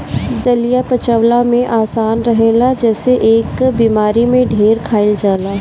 दलिया पचवला में आसान रहेला जेसे एके बेमारी में ढेर खाइल जाला